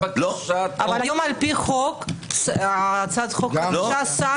אבל היום על פי החוק השר כן